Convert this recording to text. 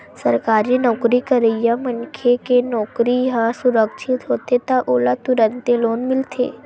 सरकारी नउकरी करइया मनखे के नउकरी ह सुरक्छित होथे त ओला तुरते लोन मिलथे